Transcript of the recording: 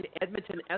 Edmonton